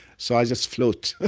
so i just float.